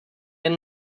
jen